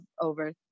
over